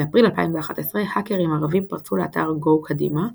באפריל 2011 האקרים ערבים פרצו לאתר 'גו קדימה'